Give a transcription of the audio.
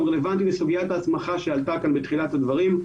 רלוונטי לסוגיית ההסמכה שעלתה כאן בתחילת הדברים.